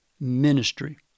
ministry